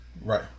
Right